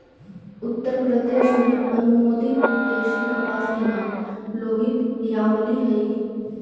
उत्तरप्रदेश में अनुमोदित देशी कपास के नाम लोहित यामली हई